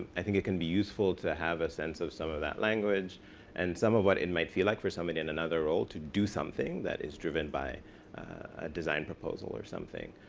i think it can be useful to have a sense of some of that language and some of what it might feel like for somebody in another role to do something that is driven by a design proposal or something.